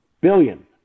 billion